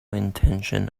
intention